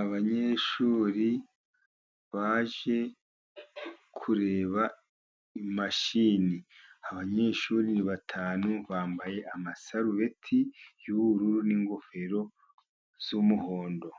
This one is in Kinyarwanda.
Abanyeshuri baje kureba imashini, abanyeshuri batanu bambaye amasarubeti y'ubururu n'ingofero z'umuhondo